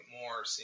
more